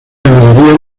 ganadería